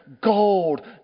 gold